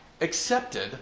accepted